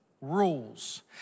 Rules